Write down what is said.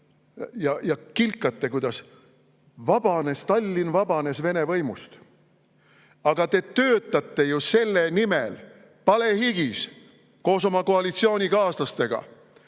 Ja kilkate, kuidas Tallinn vabanes vene võimust. Aga te töötate ju palehigis koos oma koalitsioonikaaslastega